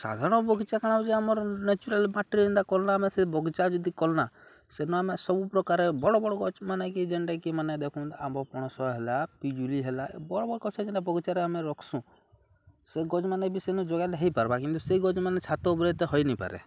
ସାଧାରଣ ବଗିଚା କାଣା ହଉଚ ଆମର ନେଚୁରାଲ୍ ମାଟିରେ ଯେନ୍ତା କଲ ଆମେ ସେ ବଗିଚା ଯଦି କଲୁନା ସେନୁ ଆମେ ସବୁପ୍ରକାର ବଡ଼ ବଡ଼ ଗଛ ମାନେକ ଯେନ୍ଟାକ ମାନେ ଦେଖୁୁ ଆମ୍ବ ପଣସ ହେଲା ପିଜୁଲି ହେଲା ଏ ବଡ଼ ବଡ଼ ଗଛ ଯେନ୍ତା ବଗିଚାରେ ଆମେ ରଖସୁଁ ସେ ଗ୍ ମାନେ ବି ସେନୁ ଯୋଗାଇଲେ ହେଇପାର୍ବା କିନ୍ତୁ ସେଇ ଗଛ ମାନ ଛାତ ଉପରେ ଏତେ ହେଇ ନିପାରେ